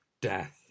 death